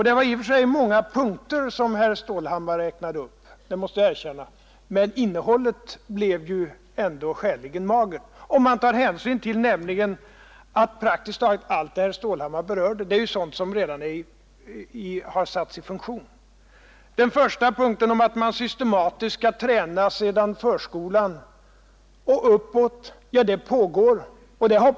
Det var många punkter som herr Stålhammar räknade upp — det måste jag erkänna — men innehållet var skäligen magert, om man tar hänsyn till att praktiskt taget allt det herr Stålhammar berörde är sådant som redan har satts i funktion. Den första punkten gällde att man systematiskt redan från förskolan och uppåt skall träna eleverna i socialt beteende. Ja, det pågår.